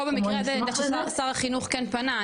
פה, במקרה הזה, שר החינוך כן פנה.